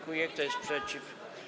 Kto jest przeciw?